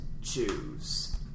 choose